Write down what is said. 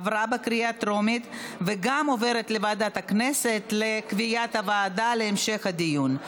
עברה בקריאה הטרומית וגם עוברת לוועדת הכנסת לקביעת הוועדה להמשך הדיון.